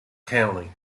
county